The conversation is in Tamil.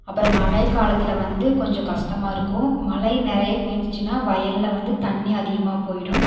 அப்புறம் மழை காலத்தில் வந்து கொஞ்சம் கஷ்டமாக இருக்கும் மழை நிறைய பேஞ்சுச்சுனா வயலில் வந்து தண்ணி அதிகமாக போய்விடும்